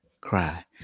cry